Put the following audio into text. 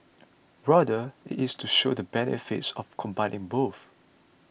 rather it is to show the benefits of combining both